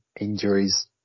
injuries